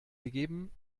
gegeben